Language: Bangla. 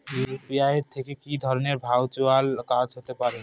ইউ.পি.আই থেকে কি ধরণের ভার্চুয়াল কাজ হতে পারে?